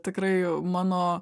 tikrai mano